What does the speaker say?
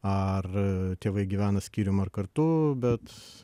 ar tėvai gyvena skyrium ar kartu bet